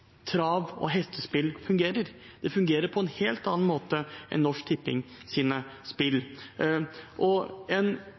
trav og hestespill fungerer. Det fungerer på en helt annen måte enn Norsk Tippings spill.